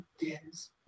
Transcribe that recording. Yes